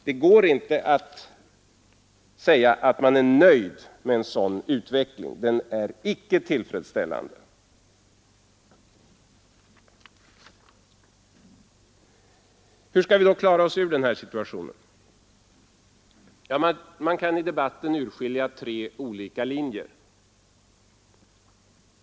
Det går inte att säga att man är nöjd med en sådan utveckling. Den är icke tillfredsställande. Hur skall vi då klara oss ur den här situationen? I debatten kan vi urskilja tre olika linjer.